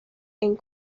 and